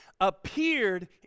appeared